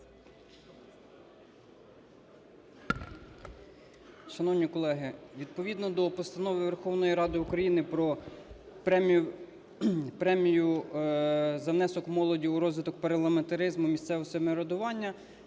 Шановні колеги, відповідно до Постанови Верховної Ради України про Премію за внесок молоді у розвиток парламентаризму, місцевого самоврядування